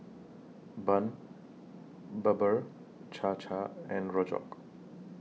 Bun Bubur Cha Cha and Rojak